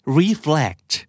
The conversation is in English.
reflect